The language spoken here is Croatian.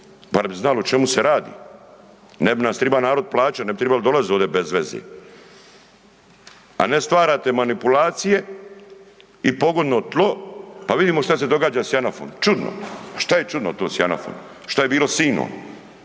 bar bi znalo o čemu se radi, ne bi nas triba narod plaćat, ne bi tribali dolazit ovdje bez veze, a ne stvarate manipulacije i pogodno tlo. Pa vidimo šta se događa s JANAF-om, čudno, pa šta je čudno to s JANAF-om? Šta je bilo s